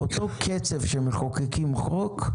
אותו קצב שמחוקקים חוק,